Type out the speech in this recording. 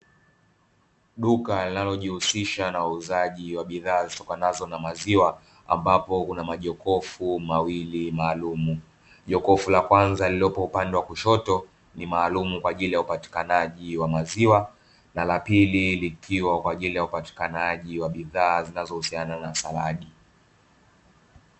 Duka linalojihusisha na uuzaji wa bidhaa zitokanazo na maziwa, ambapo kuna majokofu mawili maalumu. Jokofu la kwanza liliopo upande wa kushoto ni maalumu kwa ajili ya upatikanaji wa maziwa, na la pili likiwa kwa ajili ya upatikanaji wa bidhaa zinazohusiana na saladi.